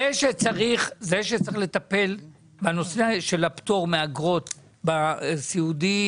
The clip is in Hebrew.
זה שצריך לטפל בנושא של הפטור מאגרות בסיעודי